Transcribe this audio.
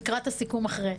נקרא את הסיכום אחרי.